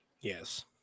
Yes